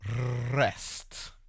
rest